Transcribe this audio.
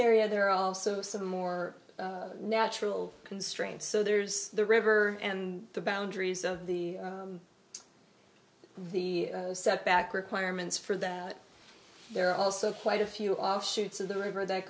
area there are also some more natural constraints so there's the river and the boundaries of the the setback requirements for that there are also quite a few offshoots of the river that